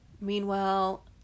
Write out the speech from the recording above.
Meanwhile